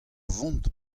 vont